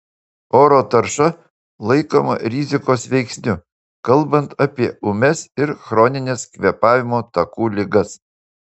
oro tarša laikoma rizikos veiksniu kalbant apie ūmias ir chronines kvėpavimo takų ligas